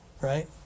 right